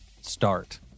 start